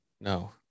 No